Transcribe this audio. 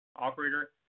Operator